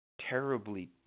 terribly